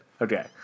Okay